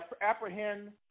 apprehend